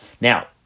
Now